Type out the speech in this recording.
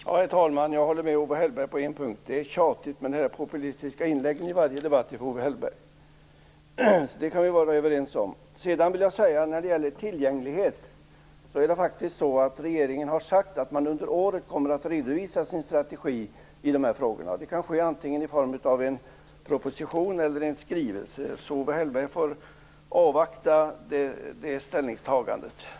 Herr talman! Jag håller med Owe Hellberg på en punkt. Det är tjatigt med de populistiska inläggen i varje debatt ifrån Owe Hellberg. Det kan vi vara överens om. När det gäller tillgänglighet har regeringen faktiskt sagt att man under året kommer att redovisa sin strategi i dessa frågor. Det kan ske i form av en proposition eller en skrivelse. Owe Hellberg får avvakta det ställningstagandet.